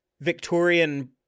victorian